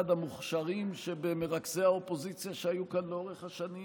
המוכשרים שבמרכזי האופוזיציה שהיו כאן לאורך השנים,